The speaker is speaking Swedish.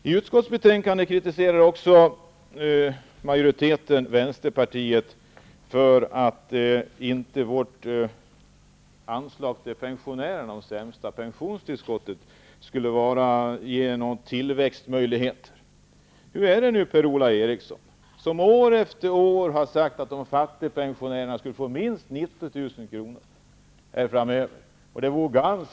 I utskottsbetänkandet kritiserar utskottsmajoriteten vänsterpartiet för att vårt förslag till anslag för höja pensionstillskottet för de sämst ställda pensionärerna inte skulle ge några tillväxtmöjligheter. Per-Ola Eriksson har år efter år sagt att fattigpensionärerna skulle få minst 90 000 kr. framöver.